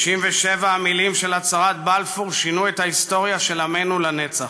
67 המילים של הצהרת בלפור שינו את ההיסטוריה של עמנו לנצח.